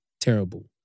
terrible